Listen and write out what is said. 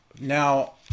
now